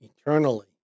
eternally